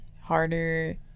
harder